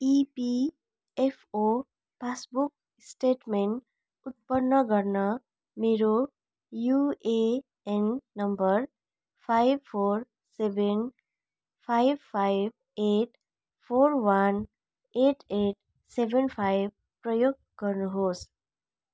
EPFO passbook statement उत्पन्न गर्न मेरो UAN number five four seven five five eight four one eight eight seven five प्रयोग गर्नुहोस्